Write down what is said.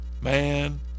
man